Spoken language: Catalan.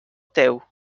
teu